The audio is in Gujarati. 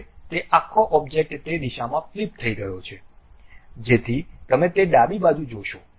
હવે તે આખો ઑબ્જેક્ટ તે દિશામાં ફ્લિપ થઈ ગયો છે જેથી તમે તે ડાબી બાજુ જોશો